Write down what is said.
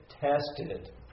Tested